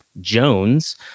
Jones